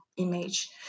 image